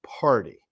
party